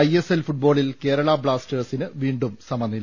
I S L ഫുട്ബോളിൽ കേരള ബ്ലാസ്റ്റേഴ്സിന് വീണ്ടും സമനില